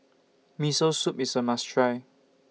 Miso Soup IS A must Try